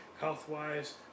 health-wise